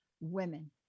women